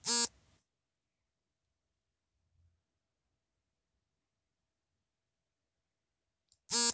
ಜನಶ್ರೀ ಬೀಮಾ ಯೋಜನೆ ಹದಿನೆಂಟರಿಂದ ಐವತೊಂಬತ್ತು ವರ್ಷದವರೆಗಿನ ಬಡಜನರಿಗೆ ಮಾಡಲಾಗಿದೆ